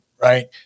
right